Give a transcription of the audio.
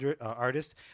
artist